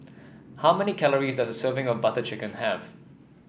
how many calories does a serving of Butter Chicken have